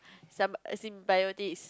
as in biotic is